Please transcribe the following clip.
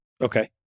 okay